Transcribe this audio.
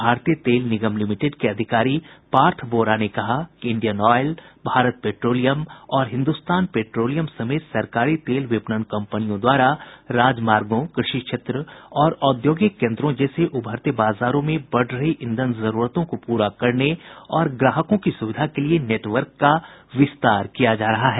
भारतीय तेल निगम लिमिटेड के अधिकारी पार्थ वोरा ने कहा कि इंडियन ऑयल भारत पेट्रोलियम और हिन्दुस्तान पेट्रोलियम समेत सरकारी तेल विपणन कंपनियों द्वारा राजमार्गों कृषि क्षेत्र और औद्योगिक केन्द्रों जैसे उभरते बाजारों में बढ़ रही ईंधन जरूरतों को पूरा करने और ग्राहकों की सुविधा के लिये नेटवर्क का विस्तार किया जा रहा है